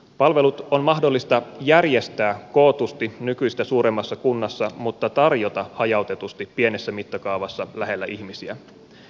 palvelut on mahdollista järjestää kootusti nykyistä suuremmassa kunnassa mutta tarjota hajautetusti pienessä mittakaavassa lähellä ihmisiä